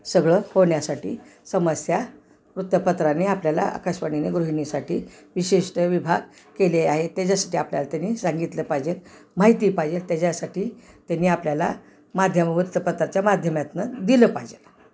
सगळं होण्या्साठी समस्या वृत्तपत्राने आपल्याला आकाशवाणीने गृहिणीसाठी विशिष्ट विभाग केले आहे त्याच्यासाठी आपल्याला त्यानी सांगितलं पाहिजेत माहिती पाहिजे त्याच्यासाठी त्यानी आपल्याला माध्यम वृत्तपत्राच्या माध्यमातनं दिलं पाहिजे